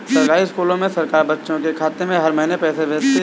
सरकारी स्कूल में सरकार बच्चों के खाते में हर महीने पैसे भेजती है